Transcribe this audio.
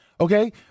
Okay